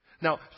Now